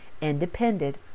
independent